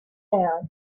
air